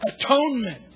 atonement